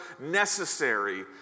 necessary